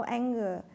anger